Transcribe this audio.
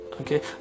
Okay